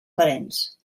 parents